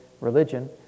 religion